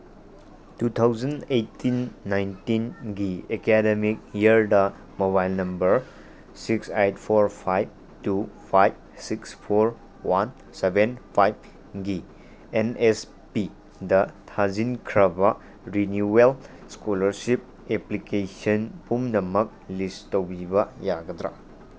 two thousand eighteen ꯅꯥꯏꯟꯇꯤꯟꯒꯤ academic ꯏꯌꯥꯔꯗ mobile number six eight four five two five six four one seven five ꯒꯤ N S ꯄꯤꯗ ꯊꯥꯖꯤꯟꯈ꯭ꯔꯕ renewal scholarship application ꯄꯨꯝꯅꯃꯛ ꯂꯤꯁ ꯇꯧꯕꯤꯕ ꯌꯥꯒꯗ꯭ꯔꯥ